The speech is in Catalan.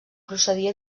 procedir